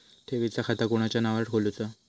ठेवीचा खाता कोणाच्या नावार खोलूचा?